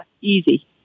easy